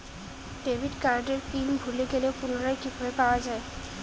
Debit কার্ডের PIN ভুলে গেলে পুনরায় কিভাবে পাওয়া য়ায়?